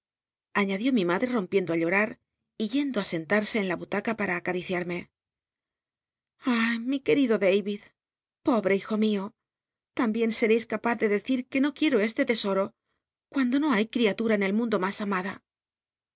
mi madre rompiendo ü llorar y yendo i l'nlarsc en la butaca pa acariciarme ah mi qucl'ido dal'icl pobre hij o mio también sereis capaz de decir que no quici'o este tesoi'o cuando no hay criatura en el mundo mas amada